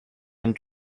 and